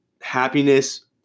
happiness